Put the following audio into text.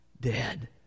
dead